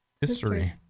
history